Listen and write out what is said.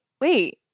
wait